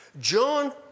John